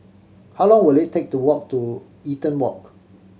how long will it take to walk to Eaton Walk